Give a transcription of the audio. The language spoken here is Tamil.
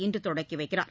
இன்றுதொடங்கிவைக்கிறார்